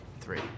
three